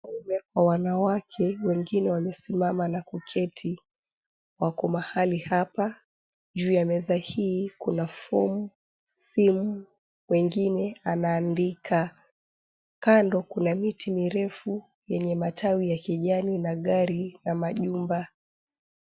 Wanaume kwa wanawake wengine wamesimama na kuketi, wako mahali hapa. Juu ya meza hii kuna fomu, simu wengine anaandika. Kando kuna miti mirefu yenye matawi ya kijani na gari na majumba.